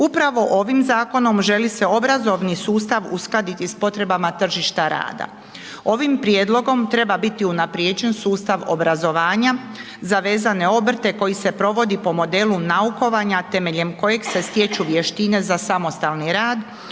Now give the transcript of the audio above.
Upravo ovim zakonom želi se obrazovni sustav uskladiti s potrebama tržišta rada. Ovim prijedlogom treba biti unaprijeđen sustav obrazovanja za vezane obrte koji se provodi po modelu naukovanja temeljem kojeg se stječu vještine za samostalni rad,